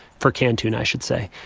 for canned tuna, i should say.